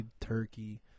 turkey